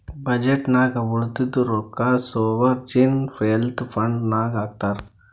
budget ನಾಗ್ ಉಳದಿದ್ದು ರೊಕ್ಕಾ ಸೋವರ್ಜೀನ್ ವೆಲ್ತ್ ಫಂಡ್ ನಾಗ್ ಹಾಕ್ತಾರ್